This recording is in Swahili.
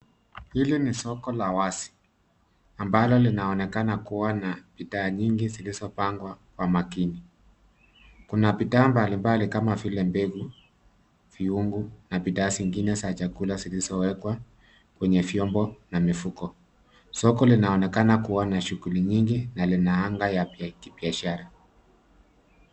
Hili ni soko la wazi ambalo linaonekana kuwa na bidhaa nyingi zilizopangwa kwa makini. Kuna bidhaa mbalimbali kama vile mbegu, viungu, na bidhaa vingine vya chakula za chakula zilizowekwa kwenye vyombo na mifuko. Soko linaonekana kuwa na shuguli nyingi na lina anga la kibiashara.